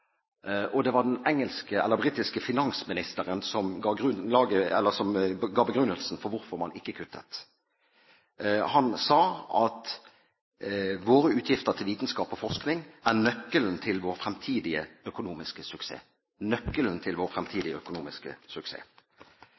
og det var forskningsbudsjettet. Det var den britiske finansministeren som ga begrunnelsen for hvorfor man ikke kuttet. Han sa: Våre utgifter til vitenskap og forskning er nøkkelen til vår fremtidige økonomiske suksess – nøkkelen til vår fremtidige økonomiske suksess.